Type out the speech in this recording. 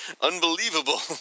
Unbelievable